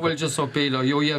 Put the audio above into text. valdžias sau peilio jau jie